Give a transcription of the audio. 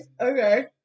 Okay